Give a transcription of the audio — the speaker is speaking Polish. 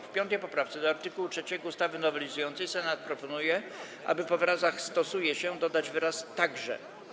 W 5. poprawce do art. 3 ustawy nowelizującej Senat proponuje, aby po wyrazach „stosuje się” dodać wyraz „także”